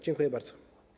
Dziękuję bardzo.